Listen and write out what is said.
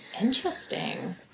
Interesting